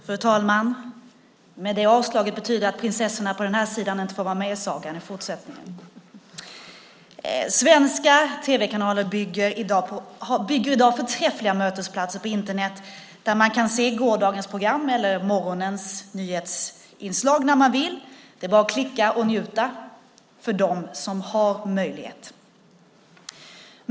Fru talman! Det avslaget betyder att prinsessorna på den här sidan inte får vara med i sagan i fortsättningen. Svenska tv-kanaler bygger i dag förträffliga mötesplatser på Internet där man kan se gårdagens program eller morgonens nyhetsinslag när man vill. Det är bara att klicka och njuta - för dem som har möjlighet.